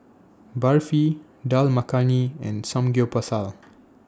Barfi Dal Makhani and Samgyeopsal